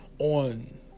On